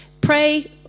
pray